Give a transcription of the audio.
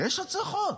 יש הצלחות.